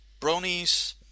Bronies